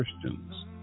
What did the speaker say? Christians